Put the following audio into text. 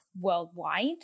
worldwide